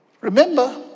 Remember